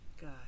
God